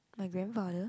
my grandfather